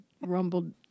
rumbled